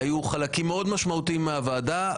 הם היו חלקים מאוד משמעותיים בוועדה.